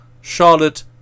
Charlotte